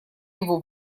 его